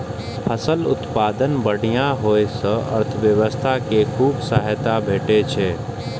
फसलक उत्पादन बढ़िया होइ सं अर्थव्यवस्था कें खूब सहायता भेटै छै